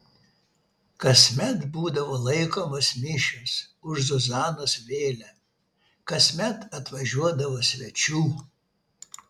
kasmet būdavo laikomos mišios už zuzanos vėlę kasmet atvažiuodavo svečių